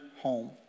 home